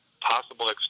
possible